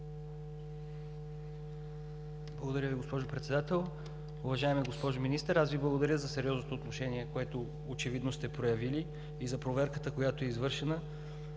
Благодаря Ви, госпожо Председател. Уважаема госпожо Министър! Аз Ви благодаря за сериозното отношение, което очевидно сте проявили и за проверката, която е извършена.